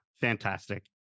Fantastic